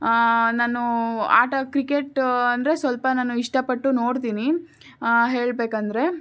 ನಾನು ಆಟ ಕ್ರಿಕೆಟ್ ಅಂದರೆ ಸ್ವಲ್ಪ ನಾನು ಇಷ್ಟಪಟ್ಟು ನೋಡ್ತೀನಿ ಹೇಳಬೇಕಂದ್ರೆ